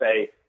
say